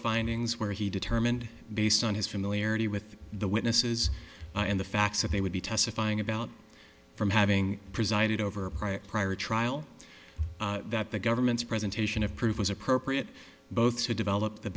findings where he determined based on his familiarity with the witnesses and the facts if they would be testifying about from having presided over a prior prior trial that the government's presentation of proof was appropriate both to develop the